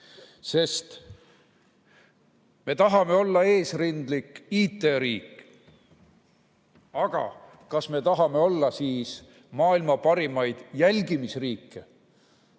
Me tahame olla eesrindlik IT‑riik, aga kas me tahame olla maailma parimaid jälgimisriike?